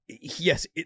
Yes